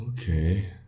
Okay